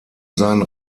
seinen